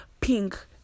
Pink